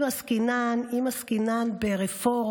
אם עסקינן ברפורמה,